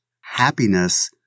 Happiness